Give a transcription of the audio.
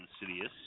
Insidious